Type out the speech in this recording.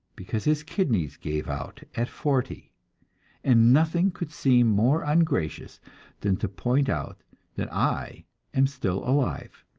because his kidneys gave out at forty and nothing could seem more ungracious than to point out that i am still alive,